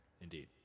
Indeed